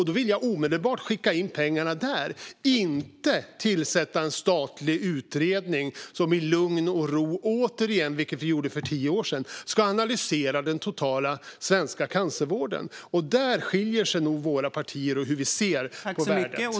Jag vill omedelbart skicka in pengarna där och inte tillsätta en statlig utredning som återigen i lugn och ro, vilket vi gjorde för tio år sedan, ska analysera den totala svenska cancervården. Där skiljer sig nog våra partier i hur vi ser på värdet av det.